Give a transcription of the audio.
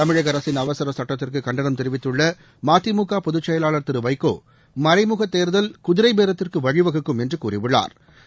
தமிழக அரசின் அவசர சுட்டத்திற்கு கண்டனம் தெரிவித்துள்ள மதிமுக பொதுச்செயலாளர் திரு வைகோ மறைமுக தேர்தல் குதிரை பேரத்திற்கு வழிவகுக்கும் என்று கூறியுள்ளாா்